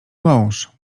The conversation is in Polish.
mąż